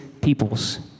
peoples